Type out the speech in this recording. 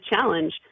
challenge